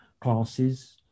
classes